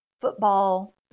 football